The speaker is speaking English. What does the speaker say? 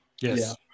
yes